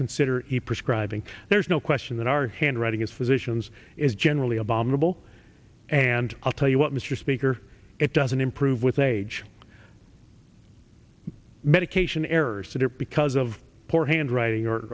consider prescribing there's no question that our handwriting as physicians is generally abominable and i'll tell you what mr speaker it doesn't improve with age medication errors and or because of poor handwriting or